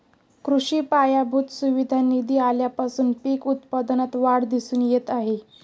कृषी पायाभूत सुविधा निधी आल्यापासून पीक उत्पादनात वाढ दिसून येत आहे